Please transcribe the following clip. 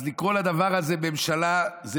אז לקרוא לדבר הזה ממשלה זה